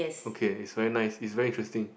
okay it's very nice it's very interesting